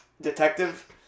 detective